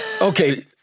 okay